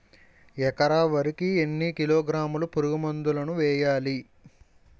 ఎకర వరి కి ఎన్ని కిలోగ్రాముల పురుగు మందులను వేయాలి?